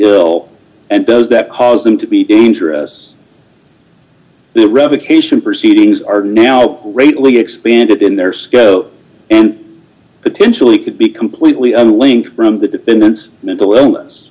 ill and does that cause them to be dangerous to the revocation proceedings are now greatly expanded in their scope and potentially could be completely unlinked from the defendant's mental illness